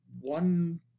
one